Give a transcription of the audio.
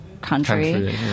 country